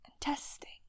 testing